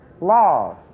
laws